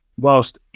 Whilst